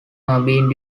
being